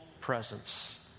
presence